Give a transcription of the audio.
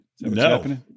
no